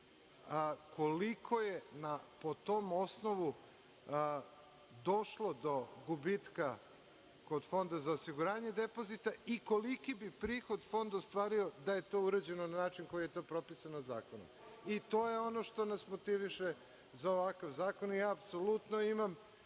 koliko je po tom osnovu došlo do gubitka kod Fonda za osiguranje depozita i koliki bi prihod Fond ostvario da je to urađeno na način na koji je to propisano zakonom. I to je ono što nas motiviše za ovakav zakon i ja apsolutno imam